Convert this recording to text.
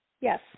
Yes